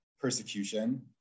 persecution